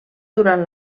durant